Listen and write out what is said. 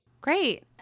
Great